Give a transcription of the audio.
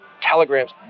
telegrams